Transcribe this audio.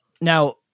now